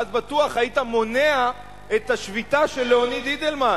ואז בטוח היית מונע את השביתה של ליאוניד אידלמן,